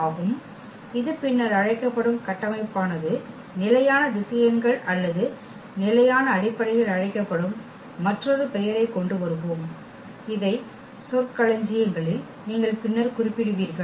ஆகும் இது பின்னர் அழைக்கப்படும் கட்டமைப்பானது நிலையான திசையன்கள் அல்லது நிலையான அடிப்படையில் அழைக்கப்படும் மற்றொரு பெயரைக் கொண்டு வருவோம் இதை சொற்களஞ்சியங்களில் நீங்கள் பின்னர் குறிப்பிடுவீர்கள்